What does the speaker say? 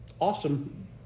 Awesome